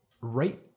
right